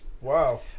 Wow